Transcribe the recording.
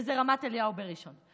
וזה רמת אליהו בראשון לציון,